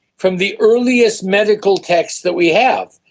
from the earliest medical texts that we have,